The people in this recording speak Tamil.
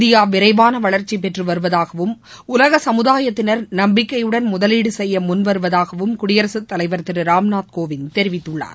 இந்தியாவிரைவானவளர்ச்சிபெற்றுவருவதாகவும் உலகசமுதாயத்தினர் நம்பிக்கையுடன் முதலீடுசெய்யமுன்வருவதாகவும் குடியரசுத்தலைவர் திருராம்நாத் கோவிந்த் தெரிவித்துள்ளார்